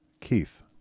Keith